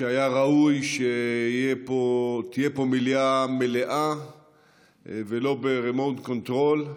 שהיה ראוי שתהיה פה מליאה מלאה ולא ב-remote control,